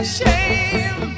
shame